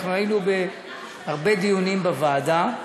אנחנו היינו בהרבה דיונים בוועדה,